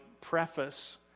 preface